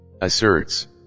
asserts